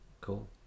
Cool